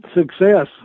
success